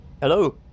Hello